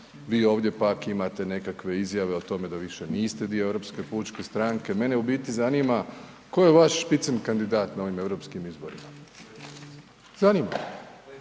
vi ovdje pak imate nekakve izjave o tome da više niste dio Europske pučke stranke. Mene u biti zanima tko je vaš špicen kandidat na ovim europskim izborima, zanima